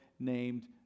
named